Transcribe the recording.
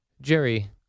Jerry